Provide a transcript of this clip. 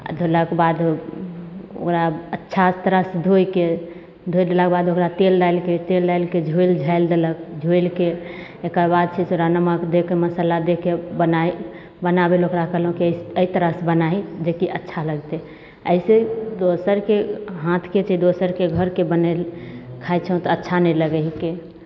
आ धोलाके बाद ओकरा अच्छा तरह से धोइके धोइ देलाके बाद ओकरा तेल डालिके तेल डालिके झोलि झालि देलक झोलिके एकर बाद से थोड़ा नमक देके मसाला देके बना बनाबै लै ओकरा कहलहुँ कि एहि से एहि तरह से बनाही जेकि अच्छा लगतै एहि से दोसरके हाथके छै दोसरके घरके बनाएल खाइत छौ तऽ अच्छा नहि लगैत हिकै